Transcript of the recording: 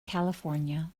california